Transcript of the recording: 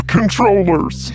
Controllers